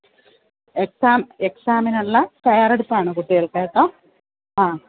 exam എക്സാമിനുള്ള തയ്യാറെടുപ്പാണ് കുട്ടികൾ കേട്ടോ ആ